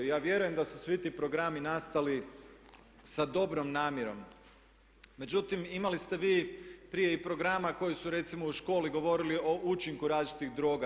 Ja vjerujem da su svi ti programi nastali sa dobrom namjerom, međutim imali ste vi prije i programa koji su recimo u školi govorili o učinku različitih droga.